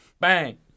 Bang